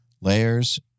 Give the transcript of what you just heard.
layers